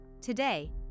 Today